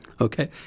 Okay